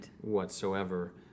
whatsoever